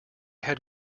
had